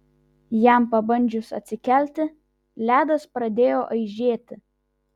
jam pabandžius atsikelti ledas pradėjo aižėti